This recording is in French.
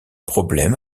problème